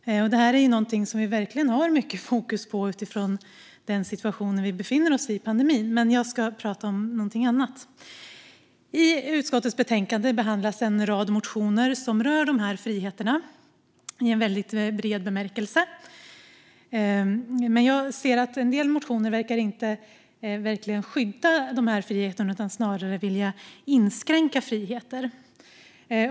Detta är någonting som vi verkligen har mycket fokus på utifrån den situation vi befinner oss i med pandemin, men jag ska prata om någonting annat. I utskottets betänkande behandlas en rad motioner som rör dessa friheter i en väldigt bred bemärkelse. Jag ser dock att en del motioner inte verkar handla om att verkligen skydda friheter utan snarare om att vilja inskränka friheter.